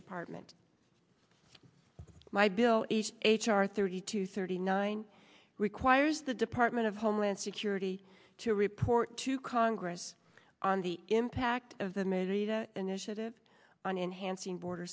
department my bill h h r thirty two thirty nine requires the department of homeland security to report to congress on the impact of the middy that initiative on enhancing border